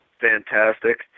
fantastic